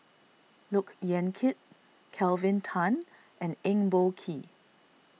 Look Yan Kit Kelvin Tan and Eng Boh Kee